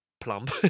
plump